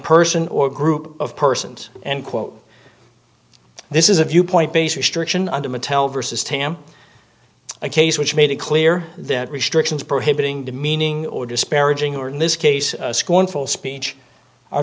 person or group of persons and quote this is a viewpoint based restriction under mattel versus t m a case which made it clear that restrictions prohibiting demeaning or disparaging or in this case scornful speech a